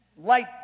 light